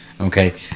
Okay